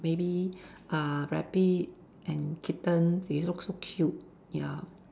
maybe uh rabbit and kitten they look so cute ya